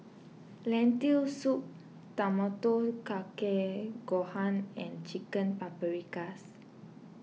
Lentil Soup Tamago Kake Gohan and Chicken Paprikas